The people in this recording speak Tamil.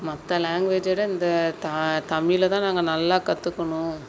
மற்ற லாங்குவேஜை விட இந்த தா தமிழை தான் நாங்கள் நல்லா கற்றுக்கணும்